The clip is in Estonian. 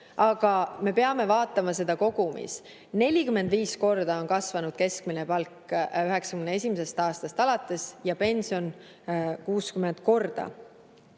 Aga me peame vaatama seda kogumis. 45 korda on kasvanud keskmine palk 1991. aastast alates ja pension 60 korda. Mis